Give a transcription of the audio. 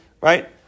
right